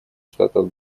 штатов